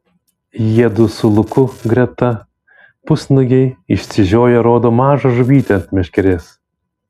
jiedu su luku greta pusnuogiai išsižioję rodo mažą žuvytę ant meškerės